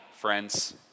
friends